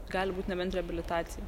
gali būti nebent reabilitacija